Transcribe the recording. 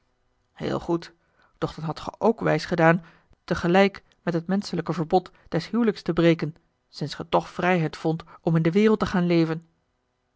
heel goed doch dan hadt ge ook wijs gedaan tegelijk met het menschelijk verbod des hijliks te breken sinds ge toch vrijheid vondt om in de wereld te gaan leven